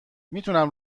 میتونم